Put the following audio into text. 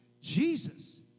Jesus